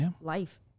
life